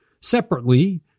Separately